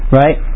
right